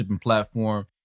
platform